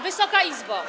Wysoka Izbo!